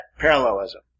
Parallelism